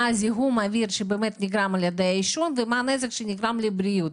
מה זיהום האוויר שנגרם על ידי עישון ומה הנזק שנגרם לבריאות.